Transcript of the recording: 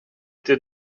did